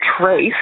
trace